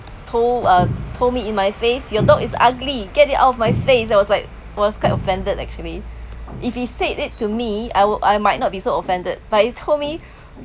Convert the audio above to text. told uh told me in my face your dog is ugly get it out of my face I was like was quite offended actually if she said it to me I will I might not be so offended but you told me